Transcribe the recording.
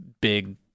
big